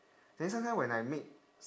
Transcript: then sometime when I meet